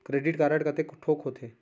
Credit card कतेक ठोक होथे?